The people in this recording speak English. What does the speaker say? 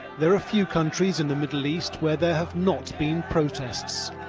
there are few countries in the middle east where there have not been protests.